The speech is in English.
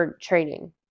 training